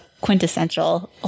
quintessential